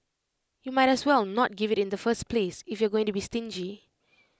you might as well not give IT in the first place if you're going to be stingy